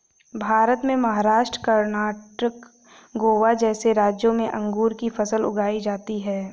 भारत में महाराष्ट्र, कर्णाटक, गोवा जैसे राज्यों में अंगूर की फसल उगाई जाती हैं